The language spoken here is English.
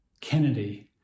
Kennedy